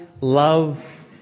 love